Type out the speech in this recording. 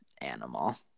animal